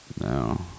No